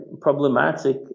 problematic